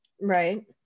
right